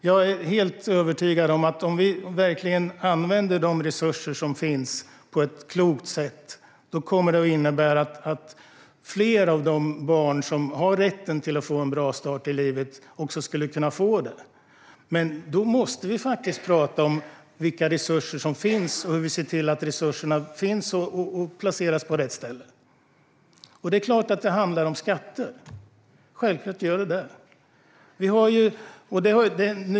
Jag är helt övertygad om att om vi använder de resurser som finns på ett klokt sätt kommer det att innebära att fler barn, som har rätt till en bra start i livet, skulle kunna få detta, men då måste vi prata om vilka resurser som finns och hur vi ser till att de finns och placeras på rätt ställe. Det är klart att det handlar om skatter - det är självklart.